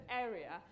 area